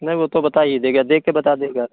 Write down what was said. नहीं वह तो बता ही देगा देखकर बता देगा